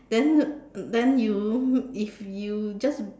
then then you if you just